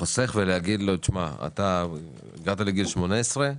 לחוסך ולהגיד לו: הגעת לגיל 18,